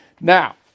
Now